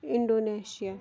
Indonesia